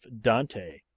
Dante